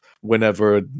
whenever